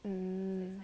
mm